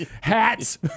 Hats